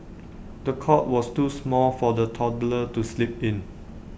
the cot was too small for the toddler to sleep in